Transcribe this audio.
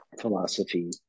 philosophy